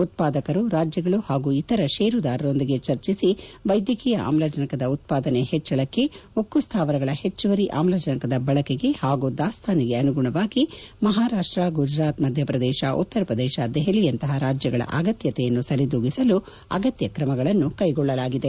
ಉತ್ಪಾದಕರು ರಾಜ್ಯಗಳು ಹಾಗೂ ಇತರ ಶೇರುದಾರರೊಂದಿಗೆ ಚರ್ಚಿಸಿ ವೈದ್ಯಕೀಯ ಆಮ್ಲಜನಕದ ಉತ್ಪಾದನೆ ಹೆಚ್ಚಳಕ್ಕೆ ಉಕ್ಕು ಸ್ಥಾವರಗಳ ಹೆಚ್ಚುವರಿ ಆಮ್ಲಜನಕದ ಬಳಕೆಗೆ ಹಾಗೂ ದಾಸ್ತಾನಿಗೆ ಅನುಗುಣವಾಗಿ ಮಹಾರಾಷ್ಟ ಗುಜರಾತ್ ಮಧ್ಯಪ್ರದೇಶ ಉತ್ತರಪ್ರದೇಶ ದೆಹಲಿಯಂತಹ ರಾಜ್ಯಗಳ ಅಗತ್ಯತೆಯನ್ನು ಸರಿದೂಗಿಸಲು ಅಗತ್ಯ ಕ್ರಮಗಳನ್ನು ಕೈಗೊಳ್ಳಲಾಗಿದೆ